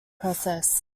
process